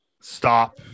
Stop